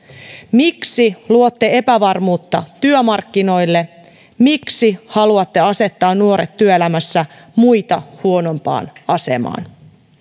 miksi luotte epävarmuutta työmarkkinoille miksi haluatte asettaa nuoret työelämässä muita huonompaan asemaan